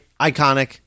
Iconic